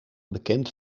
bekend